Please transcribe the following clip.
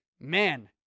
man